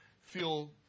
feel